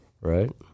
Right